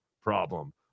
problem